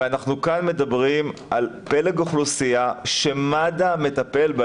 ואנחנו כאן מדברים על פלג אוכלוסייה שמד"א מטפל בה,